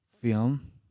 film